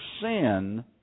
sin